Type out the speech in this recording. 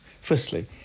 Firstly